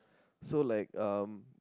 so like um